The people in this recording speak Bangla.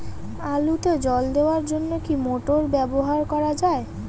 আলুতে জল দেওয়ার জন্য কি মোটর ব্যবহার করা যায়?